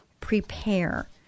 prepare